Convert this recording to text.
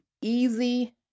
easy